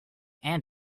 and